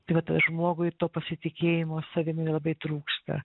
tai vat žmogui to pasitikėjimo savimi labai trūksta